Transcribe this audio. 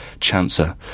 chancer